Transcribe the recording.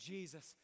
Jesus